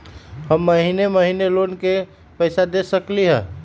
हम महिने महिने लोन के पैसा दे सकली ह?